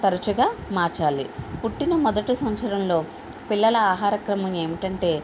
తరచుగా మార్చాలి పుట్టిన మొదటి సంవత్సరంలో పిల్లల ఆహార క్రమం ఏమిటంటే